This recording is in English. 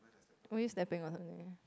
always teh-bing or something